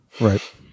Right